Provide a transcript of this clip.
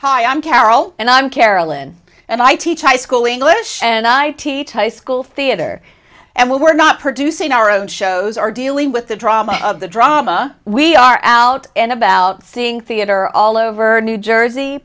hi i'm carol and i'm carolyn and i teach high school english and i teach high school theater and while we're not producing our own shows are dealing with the drama of the drama we are out and about seeing theater all over new jersey